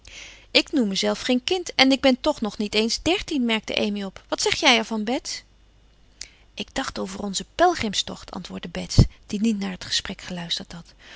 ik noem me zelf geen kind en ik ben toch nog niet eens dertien merkte amy op wat zeg jij er van bets ik dacht over onzen pelgrimstocht antwoordde bets die niet naar het gesprek geluisterd had